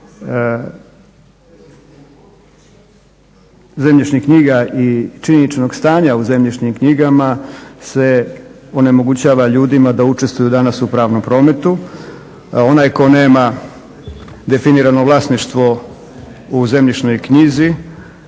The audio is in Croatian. zemljišnih knjiga i činjeničnog stanja u zemljišnim knjigama se onemogućava ljudima da učestvuju danas upravom prometu. Onaj tko nema definirano vlasništvo u zemljišnoj knjizi